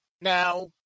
Now